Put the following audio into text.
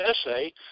essay